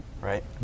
right